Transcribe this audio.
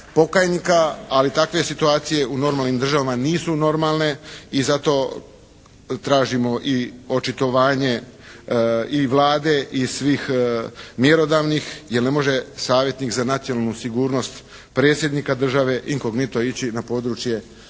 ali takve situacije u normalnim državama nisu normalne i zato tražimo i očitovanje i Vlade i svih mjerodavnih, jer ne može savjetnik za nacionalnu sigurnost predsjednika države inkognito ići na područje